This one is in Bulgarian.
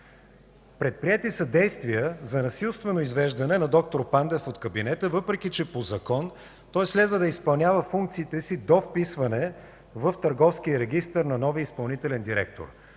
Предприети са действия за насилствено извеждане на д-р Пандев от кабинета, въпреки че по закон той следва да изпълнява функциите си до вписване в Търговския регистър на новия изпълнителен директор.